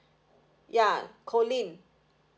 ya colleen